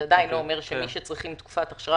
זה עדיין לא אומר שמי שצריכים תקופת הכשרה